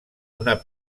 una